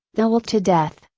the will to death,